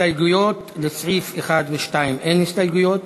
לסעיף 1 ו-2 אין הסתייגויות.